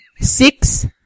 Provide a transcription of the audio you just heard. Six